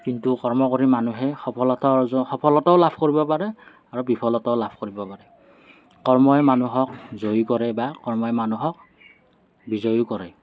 কিন্তু কৰ্ম কৰি মানুহে সফলতা অৰ্জন সফলতাও লাভ কৰিব পাৰে আৰু বিফলতাও লাভ কৰিব পাৰে কৰ্মই মানুহক জয়ী কৰে বা কৰ্মই মানুহক বিজয়ীও কৰে